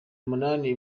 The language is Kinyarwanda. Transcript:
umunani